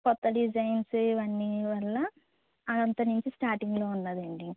కొత్త డిజైన్సు ఇవన్నీ వల్ల అంత నుంచి స్టార్టింగ్లో ఉన్నాదండి